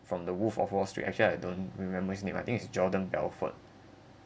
from the wolf of wall street actually I don't remember his name I think is jordan belfort